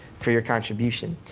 for your contribution.